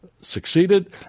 succeeded